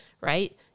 right